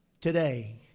today